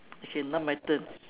okay now my turn